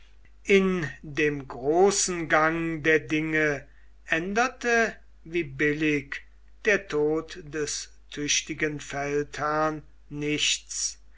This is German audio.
in dem großen gang der dinge änderte wie billig der tod des tüchtigen feldherrn nichts